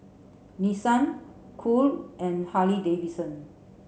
Nissan Cool and Harley Davidson